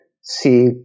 see